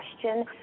question